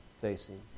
facing